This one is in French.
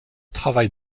travail